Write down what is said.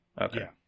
Okay